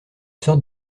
sorte